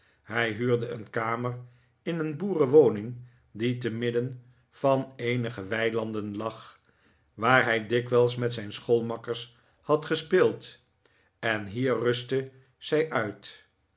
hij huurde een kamer in een boerenwoning die te midden van eenige weilanden lag waar hij dikwijls met zijn schoolmakkers had gespeeld en hier rustten zij uit